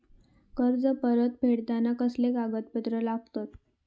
कर्ज परत फेडताना कसले कागदपत्र लागतत?